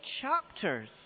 chapters